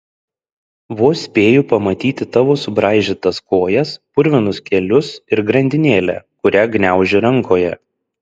vos spėju pamatyti tavo subraižytas kojas purvinus kelius ir grandinėlę kurią gniauži rankoje